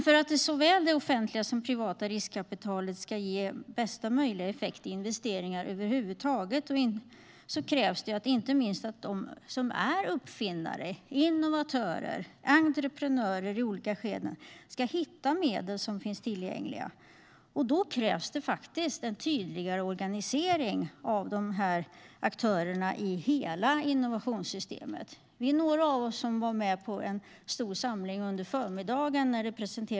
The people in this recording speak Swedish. För att såväl det offentliga som det privata riskkapitalet ska ge bästa möjliga effekt för investeringar krävs inte minst att de som är uppfinnare, innovatörer och entreprenörer i olika skeden ska hitta medel som finns tillgängliga. Då krävs det tydligare organisering av aktörerna i hela innovationssystemet. Några av oss var med på en stor samling under förmiddagen.